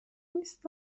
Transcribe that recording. نیست